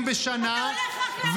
כן?